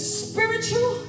spiritual